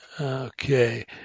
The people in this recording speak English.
okay